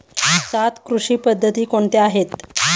सात कृषी पद्धती कोणत्या आहेत?